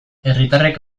herritarrek